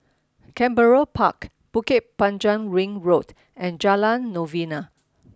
Canberra Park Bukit Panjang Ring Road and Jalan Novena